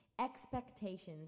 expectations